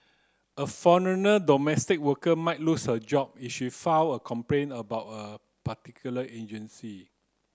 a foreigner domestic worker might lose her job if she file a complaint about a particular agency